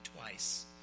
twice